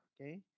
okay